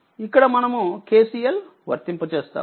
ఇక్కడ మనము KCL వర్తింప చేస్తాము